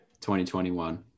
2021